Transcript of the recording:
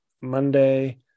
Monday